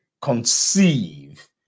conceive